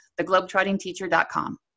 theglobetrottingteacher.com